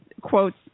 quotes